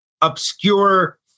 obscure